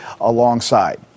alongside